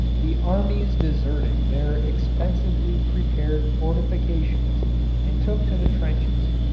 the armies deserted their expensively prepared fortifications and took to the trenches.